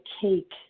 cake